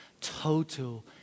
total